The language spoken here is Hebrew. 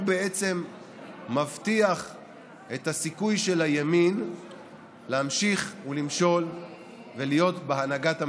בעצם מבטיח את הסיכוי של הימין להמשיך ולמשול ולהיות בהנהגת המדינה.